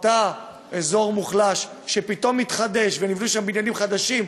אותו אזור מוחלש שפתאום מתחדש ונבנו שם בניינים חדשים,